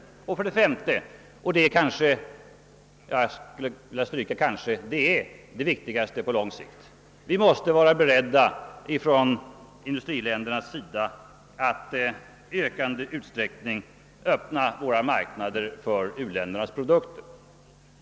Och för det femte — och det är det viktigaste på lång sikt — måste industriländerna vara beredda att i större utsträckning öppna sina marknader för u-ländernas produkter.